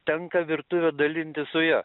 tenka virtuve dalintis su ja